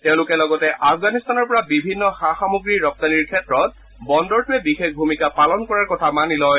তেওঁলোকে লগতে আফগানিস্তানৰ পৰা বিভিন্ন সা সামগ্ৰী ৰপ্তানীৰ ক্ষেত্ৰত বন্দৰটোৱে বিশেষ ভূমিকা পালন কৰাৰ কথা মানি লয়